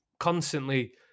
constantly